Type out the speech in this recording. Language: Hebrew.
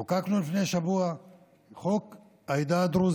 חוקקנו לפני שבוע את חוק העדה הדרוזית,